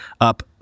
up